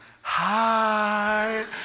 hi